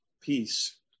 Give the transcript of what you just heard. peace